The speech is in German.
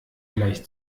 gleich